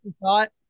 thought